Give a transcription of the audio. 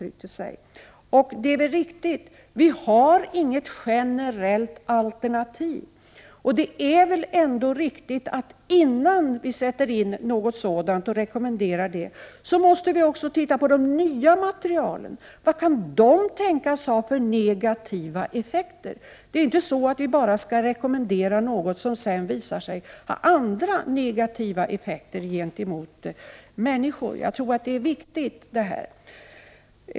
Det är väl riktigt. Vi har inget generellt alternativ. Innan vi sätter in ett nytt material måste vi studera det. Vilka negativa effekter kan det tänkas medföra? Vi skall inte rekommendera något som sedan visar sig ha andra negativa effekter på människor. Detta är viktigt.